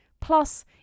plus